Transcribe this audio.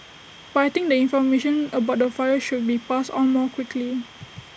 but I think the information about the fire should be passed on more quickly